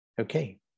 Okay